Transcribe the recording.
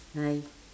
hi